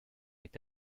été